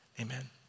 Amen